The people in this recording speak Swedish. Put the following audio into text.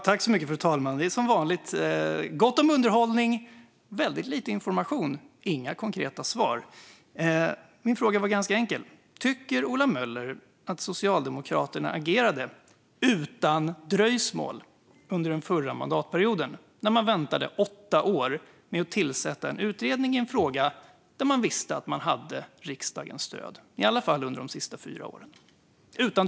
Fru talman! Det är som vanligt - gott om underhållning men väldigt lite information och inga konkreta svar. Min fråga var ganska enkel: Tycker Ola Möller att Socialdemokraterna agerade utan dröjsmål under förra mandatperioden, när man väntade åtta år med att tillsätta en utredning i en fråga där man visste att man hade riksdagens stöd, i alla fall under de sista fyra åren?